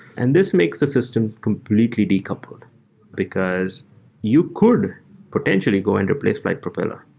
and this makes the system completely decoupled because you could potentially go into place by propeller.